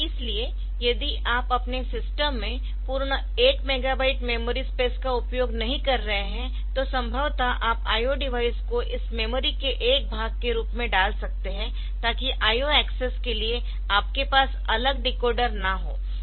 इसलिए यदि आप अपने सिस्टम में पूर्ण एक मेगाबाइट मेमोरी स्पेस का उपयोग नहीं कर रहे है तो संभवतः आप IO डिवाइस को इस मेमोरी के एक भाग के रूप में डाल सकते है ताकि IO एक्सेस के लिए आपके पास अलग डिकोडर न हो